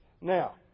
Now